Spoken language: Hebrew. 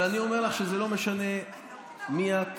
אבל אני אומר לך שזה לא משנה מי את,